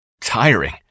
tiring